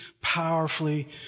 powerfully